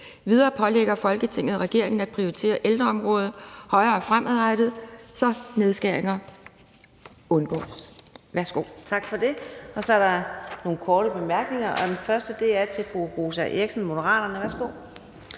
Videre pålægger Folketinget regeringen at prioritere ældreområdet højere fremadrettet, så nedskæringer undgås«.